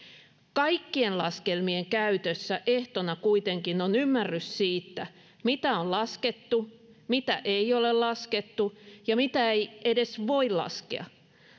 kaikkien laskelmien käytössä ehtona kuitenkin on ymmärrys siitä mitä on laskettu mitä ei ole laskettu ja mitä ei edes voi laskea